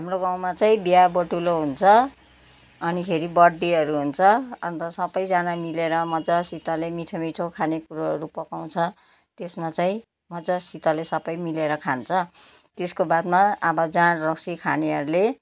हाम्रो गाउँमा चाहिँ बिहा बटुल हुन्छ अनिखेरि बर्थडेहरू हुन्छ अन्त सबैजाना मिलेर मजासितले मिठो मिठो खानेकुरोहरू पकाउँछ त्यसमा चाहिँ मजासितले सबैले मिलेर खान्छ त्यसको बादमा अब जाँड रक्सी खानेहरूले